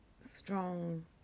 strong